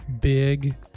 Big